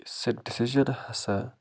سُہ ڈِسیٖجَن ہسا